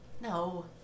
No